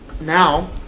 now